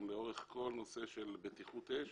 גם לאורך כל נושא בטיחות האש,